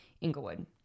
Inglewood